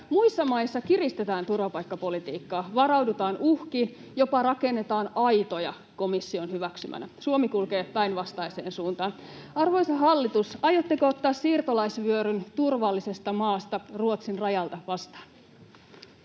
Muissa maissa kiristetään turvapaikkapolitiikkaa, varaudutaan uhkiin, jopa rakennetaan aitoja komission hyväksymänä. Suomi kulkee päinvastaiseen suuntaan. Arvoisa hallitus, aiotteko ottaa vastaan siirtolaisvyöryn turvallisesta maasta, Ruotsin rajalta?